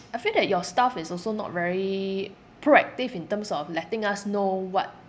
I feel that your staff is also not very proactive in terms of letting us know what